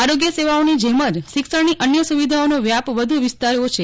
આરોગ્ય સેવાઓની જેમજ શિક્ષણની અન્ય સુવિધાઓનો વ્યાપ વધુ વિસ્તારવો છે